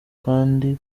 kandi